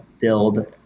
build